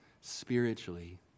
spiritually